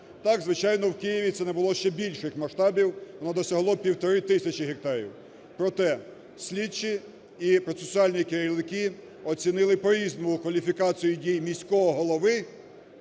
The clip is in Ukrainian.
Так, звичайно в Києві це набуло ще більших масштабів, воно досягло півтори тисячі гектарів. Проте, слідчі і процесуальні керівники оцінили по-різному кваліфікацію дій міського голови